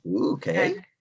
Okay